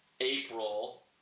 April